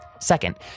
Second